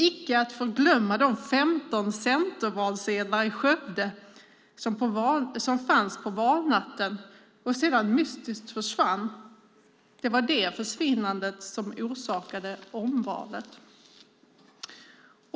Icke att förglömma de 15 centervalsedlarna i Skövde som fanns på valnatten och sedan mystiskt försvann. Det var det försvinnandet som orsakade omvalet.